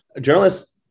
Journalists